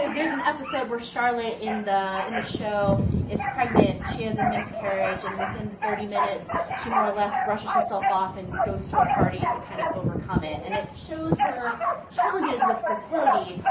there's an episode where charlotte in the in the show is pregnant. she has a miscarriage and within the thirty minutes she more or less brushes herself off and goes to a party to kind of overcome it. and it shows her challenges with fertility.